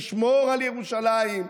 נשמור על ירושלים,